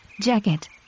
jacket